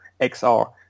XR